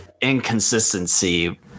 inconsistency